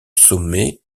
sommet